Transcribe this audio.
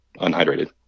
unhydrated